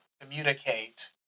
communicate